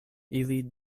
ili